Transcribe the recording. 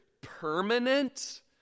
permanent